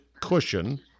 cushion